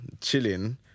chilling